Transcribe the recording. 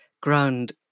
ground